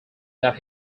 that